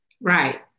Right